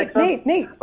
like nate, nate,